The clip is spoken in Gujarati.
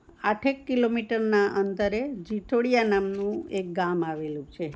આઠેક કિલોમીટરના અંતરે જીટોળિયા નામનું એક ગામ આવેલું છે